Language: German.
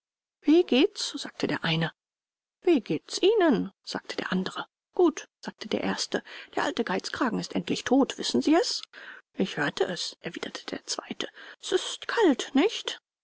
wie geht's sagte der eine wie geht's ihnen sagte der andere gut sagte der erste der alte geizhals ist endlich tot wissen sie es ich hörte es erwiderte der zweite s ist kalt nicht